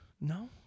No